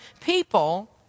people